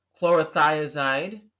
chlorothiazide